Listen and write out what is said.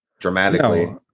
dramatically